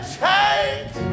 change